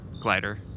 glider